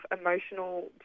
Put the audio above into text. emotional